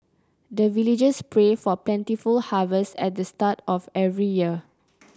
the villagers pray for plentiful harvest at the start of every year